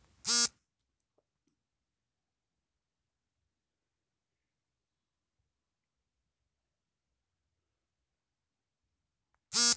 NPS ಘಟಕವು ರಾಜ್ಯದಂತ ಯೋಜ್ನಗೆ ಅನುಷ್ಠಾನ ಹಾಗೂ ಕಾರ್ಯನಿರ್ವಹಣೆಯ ಪ್ರಮುಖ ಪಾತ್ರವಹಿಸುತ್ತದೆ